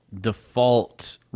default